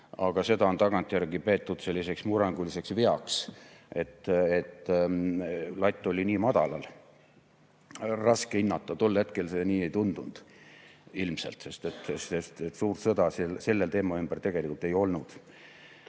Aga seda on tagantjärele peetud selliseks murranguliseks veaks, et latt oli nii madalal. Raske hinnata. Tol hetkel see nii ei tundunud ilmselt, sest suurt sõda selle teema ümber tegelikult ei olnud.